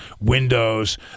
windows